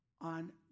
on